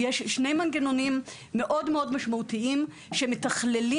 יש שני מנגנונים מאוד מאוד משמעותיים שמתכללים